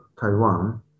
Taiwan